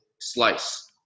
slice